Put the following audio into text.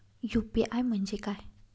UPI म्हणजे काय?